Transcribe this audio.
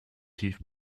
tief